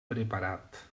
preparat